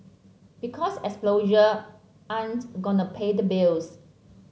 because 'exposure' ain't gonna pay the bills